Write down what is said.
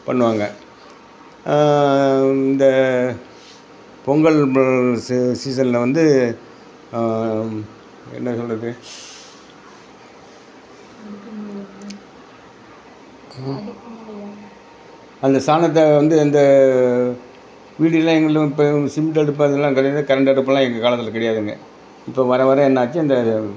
பண்ணுவாங்க இந்த பொங்கல் மு சீ சீசனில் வந்து என்ன சொல்கிறது அந்த சாணத்தை வந்து வந்து வீட்டுக்கலாம் எங்கள் வீட்டில் இப்போ இந்த சிமிண்ட்டு அடுப்பு அது எல்லாம் கிடையாது கரெண்ட் அடுப்புலாம் எங்கள் காலத்தில் கிடையாதுங்க இப்போ வர வர என்ன ஆச்சு அந்த